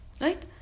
Right